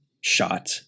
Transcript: shot